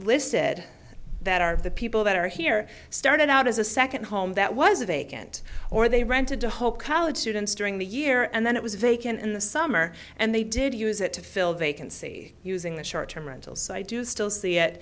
listed that are the people that are here started out as a second home that was vacant or they rented to hope college students during the year and then it was vacant in the summer and they did use it to fill vacancy using the short term rental so i do still see it